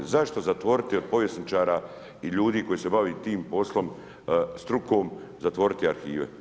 Zašto zatvoriti od povjesničara i ljudi koji su se bavili tim poslom, strukom, zatvoriti arhive?